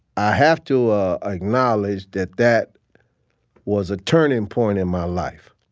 i have to ah acknowledge that that was a turning point in my life.